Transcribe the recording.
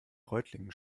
reutlingen